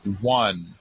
One